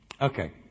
Okay